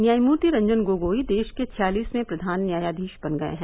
न्यायमूर्ति रंजन गोगोई देश के छियालिसवें प्रधान न्यायाधीश बन गये हैं